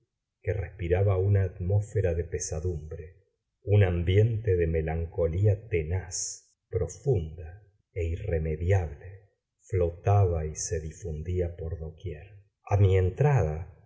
que respiraba una atmósfera de pesadumbre un ambiente de melancolía tenaz profunda e irremediable flotaba y se difundía por doquier a mi entrada